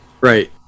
Right